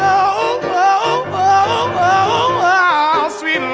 oh sweet